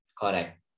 Correct